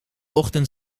ochtend